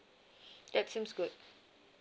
that seems good